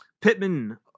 Pittman